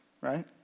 right